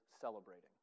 celebrating